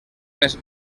més